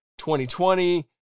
2020